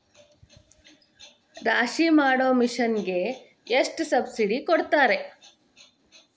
ರಾಶಿ ಮಾಡು ಮಿಷನ್ ಗೆ ಎಷ್ಟು ಸಬ್ಸಿಡಿ ಕೊಡ್ತಾರೆ?